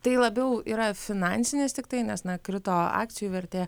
tai labiau yra finansinis tiktai nes krito akcijų vertė